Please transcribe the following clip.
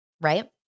right